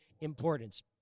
importance